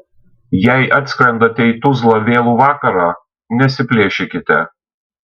jei atskrendate į tuzlą vėlų vakarą nesiplėšykite